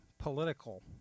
political